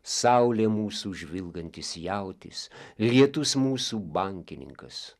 saulė mūsų žvilgantis jautis lietus mūsų bankininkas